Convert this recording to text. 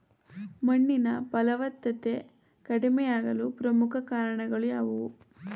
ಮಣ್ಣಿನ ಫಲವತ್ತತೆ ಕಡಿಮೆಯಾಗಲು ಪ್ರಮುಖ ಕಾರಣಗಳು ಯಾವುವು?